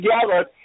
together